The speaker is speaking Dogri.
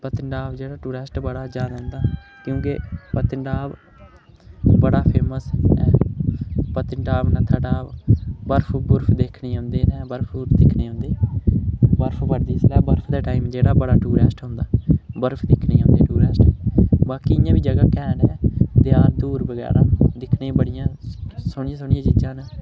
पत्नीटॉप जेह्ड़ा टूरिस्ट बड़ा जादै औंदा क्योंकि पत्नीटॉप बड़ा फेमस ऐ पत्नीटॉप नत्थाटॉप बर्फ बुर्फ दिक्खने ई औंदे बर्फ बुर्फ दिक्खने ई औंदे बर्फ जिसलै बर्फ दे टाइम जेह्ड़ा बड़ा टूरिस्ट औंदा बर्फ दिक्खने ई औंदे टूरिस्ट बाकी इ'यां बी जगह् कैंठ ऐ देआर दयूर बगैरा दिक्खने ई बड़ियां सोह्नियां सोह्नियां चीज़ां न